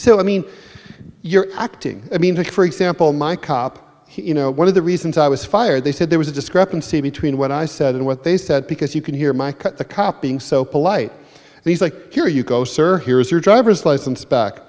say i mean you're acting i mean take for example my cop you know one of the reasons i was fired they said there was a discrepancy between what i said and what they said because you can hear my cut the cop being so polite and he's like here you go sir here's your driver's license back